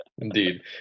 Indeed